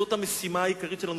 זאת המשימה העיקרית שלנו,